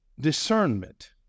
Discernment